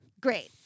Great